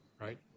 right